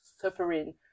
suffering